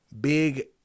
Big